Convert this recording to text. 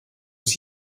vous